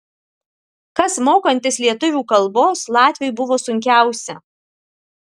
kas mokantis lietuvių kalbos latviui buvo sunkiausia